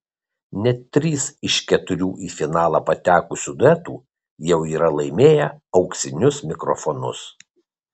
net trys iš keturių į finalą patekusių duetų jau yra laimėję auksinius mikrofonus